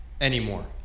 anymore